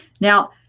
Now